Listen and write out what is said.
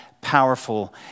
powerful